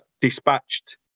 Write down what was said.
dispatched